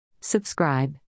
Subscribe